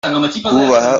kubaha